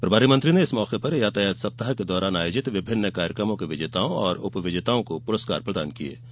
प्रभारी मंत्री ने इस मौके पर यातायात सप्ताह के दौरान आयोजित विभिन्न कार्यक्रमों के विजेताओं और उपविजेताओं को पुरूस्कार वितरित किये किये किये